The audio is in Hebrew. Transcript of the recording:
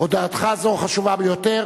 הודעתך זו חשובה ביותר.